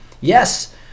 Yes